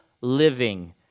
living